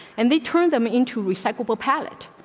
and they turn them into recyclable palate.